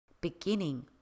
Beginning